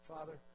Father